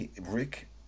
Rick